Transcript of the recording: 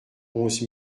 onze